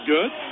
Good